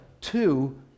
two